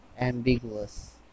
Ambiguous